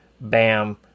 Bam